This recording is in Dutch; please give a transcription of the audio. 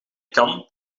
kan